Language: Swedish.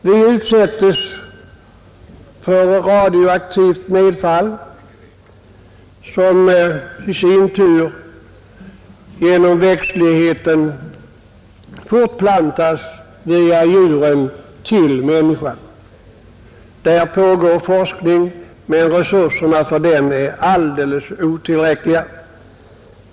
Vi utsättes för radioaktivt nedfall som i sin tur genom växtligheten fortplantas via djuren till människan. Där pågår forskning men resurserna för den är alldeles otillräckliga.